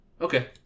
Okay